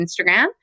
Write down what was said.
Instagram